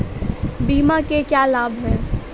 बीमा के क्या लाभ हैं?